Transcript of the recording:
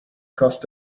cost